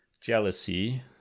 jealousy